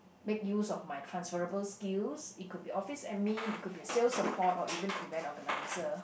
make use of my transferable skills it could be office admin it could be sales support or even event organizer